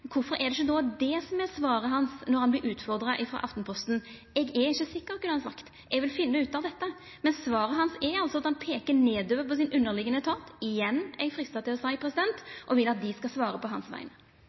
kvifor er det ikkje då det som er svaret hans når han vert utfordra frå Aftenposten? Eg er ikkje sikker, kunne han ha sagt, eg vil finna ut av dette. Men svaret hans er altså at han peikar nedover på sin underliggjande etat – igjen, er eg freista til å